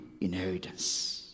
inheritance